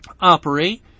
operate